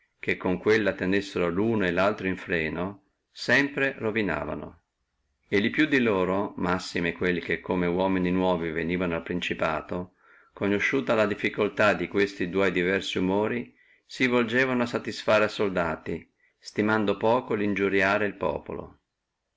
che con quella tenessino luno e laltro in freno sempre ruinavono e li più di loro massime quelli che come uomini nuovi venivano al principato conosciuta la difficultà di questi dua diversi umori si volgevano a satisfare a soldati stimando poco lo iniuriare el populo